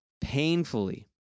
painfully